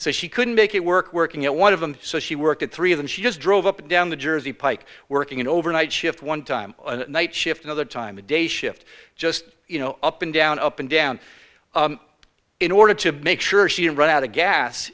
so she couldn't make it work working at one of them so she worked at three of them she just drove up and down the jersey pike working an overnight shift one time a night shift another time a day shift just you know up and down up and down in order to make sure she didn't run out of gas